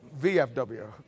VFW